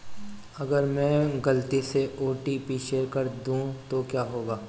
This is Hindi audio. अगर मैं गलती से ओ.टी.पी शेयर कर दूं तो क्या होगा?